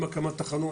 אם בהקמת תחנות,